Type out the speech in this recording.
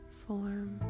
form